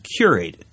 curated